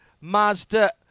Mazda